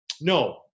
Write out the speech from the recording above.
No